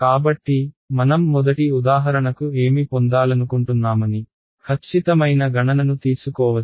కాబట్టి మనం మొదటి ఉదాహరణకు ఏమి పొందాలనుకుంటున్నామని ఖచ్చితమైన గణనను తీసుకోవచ్చు